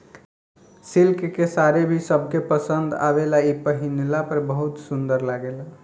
silk के साड़ी भी सबके पसंद आवेला इ पहिनला पर बहुत सुंदर लागेला